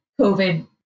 COVID